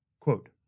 Quote